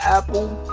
Apple